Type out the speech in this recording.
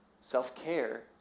Self-care